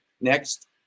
Next